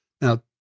Now